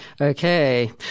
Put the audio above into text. Okay